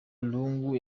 lungu